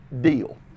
deal